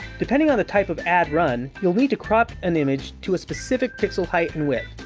depending on the type of ad run, you'll need to crop an image to a specific pixel height and width.